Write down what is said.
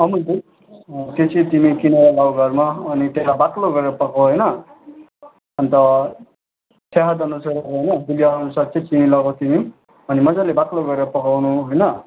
अमुल दुध त्यो चाहिँ तिमी किनेर लेऊ घरमा अनि त्यसलाई बाक्लो गरेर पकाऊ होइन अन्त सेहदअनुसार अब होइन गुलियो अनुसार चाहिँ चिनी लगाऊ तिमी अनि मज्जाले बाक्लो गरेर पकाउनु होइन